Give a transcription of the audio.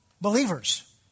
believers